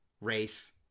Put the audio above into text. race